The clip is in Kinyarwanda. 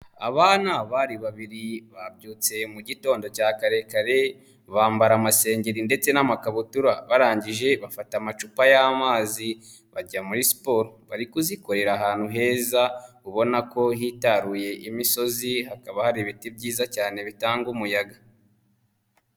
Abana bari babiri babyutse mu gitondo cya kare kare, bambara amasengeri ndetse n'amakabutura, barangije bafata amacupa y'amazi bajya muri siporo, bari kuzikorera ahantu heza, ubona ko hitaruye imisozi hakaba hari ibiti byiza cyane bitanga umuyaga.